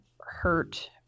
hurt